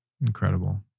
Incredible